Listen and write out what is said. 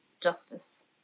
justice